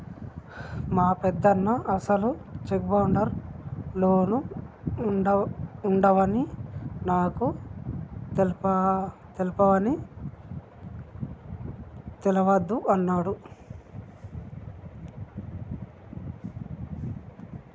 మా పెదనాన్న అసలు సెక్యూర్డ్ లోన్లు ఉండవని నాకు తెలవని తెలవదు అన్నడు